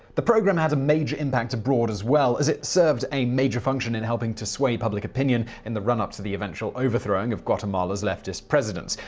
the program had a major impact abroad, as well, as it served a major function in helping to sway public opinion in the run-up to the eventual overthrowing of guatemala's leftist president.